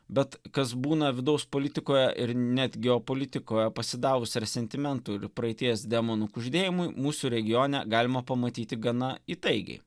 bet kas būna vidaus politikoje ir net geopolitikoje pasidavus ar sentimentų ir praeities demonų kuždėjimui mūsų regione galima pamatyti gana įtaigiai